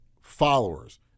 followers